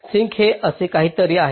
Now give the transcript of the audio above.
sink हे असे काहीतरी आहे